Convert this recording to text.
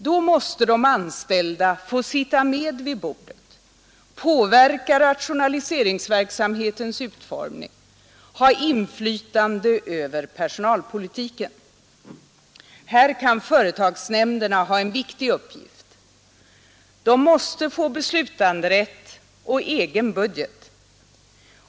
Då måste de anställda få sitta med vid bordet, påverka rationaliseringsverksamhetens utformning, ha inflytande över personalpolitiken. Här kan företagsnämnderna ha en viktig uppgift. De måste få beslutanderätt och egen budget.